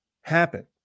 happen